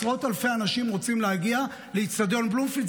ועשרות אלפי אנשים רוצים להגיע לאצטדיון בלומפילד?